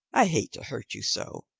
i hate to hurt you so,